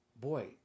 boy